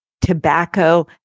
tobacco